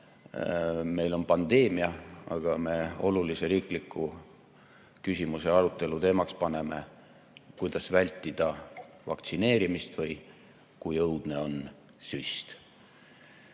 meil on pandeemia, aga me olulise riikliku küsimuse arutelu teemaks paneme "Kuidas vältida vaktsineerimist või kui õudne on